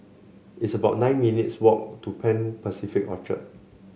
it's about nine minutes' walk to Pan Pacific Orchard